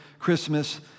Christmas